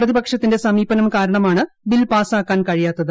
പ്രതിപക്ഷത്തിന്റെ സമീപനം കാരണമാണ് ബിൽ പാസാക്കാൻ കഴിയാത്തത്